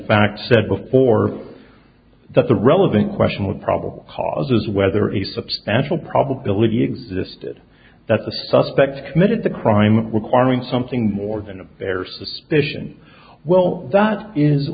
fact said before that the relevant question would probable cause whether a substantial probability existed that the suspect committed the crime requiring something more than a bare suspicion well that is